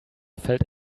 felt